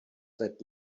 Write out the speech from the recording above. that